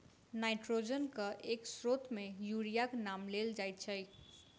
नाइट्रोजनक एक स्रोत मे यूरियाक नाम लेल जाइत छै